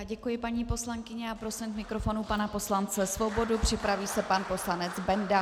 Děkuji paní poslankyni a prosím k mikrofonu pana poslance Svobodu, připraví se pan poslanec Benda.